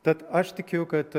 tad aš tikiu kad